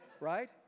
right